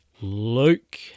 Luke